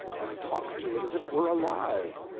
and talk to it as if it were alive,